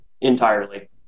entirely